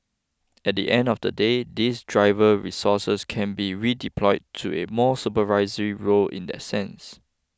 at the end of the day these driver resources can be redeployed to a more supervisory role in the sense